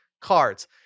cards